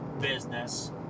business